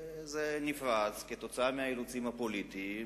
וזה נפרץ כתוצאה מהאילוצים הפוליטיים,